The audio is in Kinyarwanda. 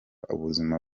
ubuzima